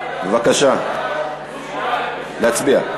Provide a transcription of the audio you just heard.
בבקשה להצביע.